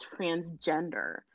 transgender